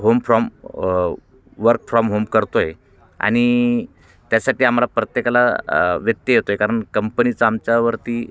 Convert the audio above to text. home from work from home करतो आहे आणि त्यासाठी आम्हाला प्रत्येकाला व्यत्यय येतो आहे कारण कंपनीचं आमच्यावरती